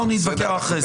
אנחנו נתווכח אחרי זה.